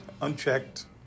unchecked